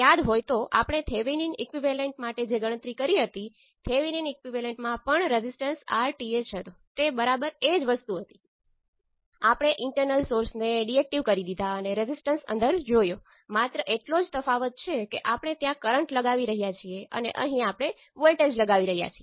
Z પેરામિટરને open circuit parameter તરીકે પણ ઓળખવામાં આવે છે